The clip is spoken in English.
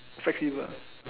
flexible